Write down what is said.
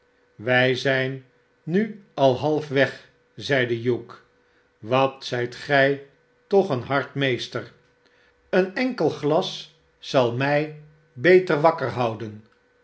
wij zijn nu al halfweg zeide hugh wat zijt gij toch een hard meester een enkel glas zal mij beter wakker houden